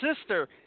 sister